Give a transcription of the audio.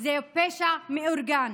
זה פשע מאורגן,